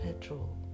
petrol